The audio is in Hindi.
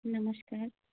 नमस्कार